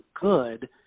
good